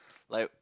like